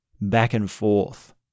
back-and-forth